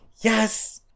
Yes